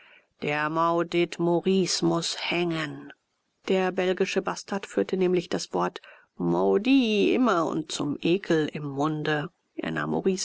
der maudit maurice muß hängen der belgische bastard führte nämlich das wort maudit immer und zum ekel im munde er nahm maurice